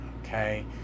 Okay